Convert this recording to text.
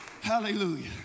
Hallelujah